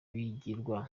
bigirwa